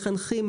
מחנכים,